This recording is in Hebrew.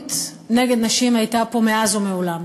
אלימות נגד נשים הייתה פה מאז ומעולם.